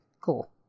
Cool